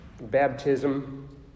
baptism